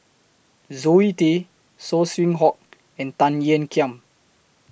Zoe Tay Saw Swee Hock and Tan Ean Kiam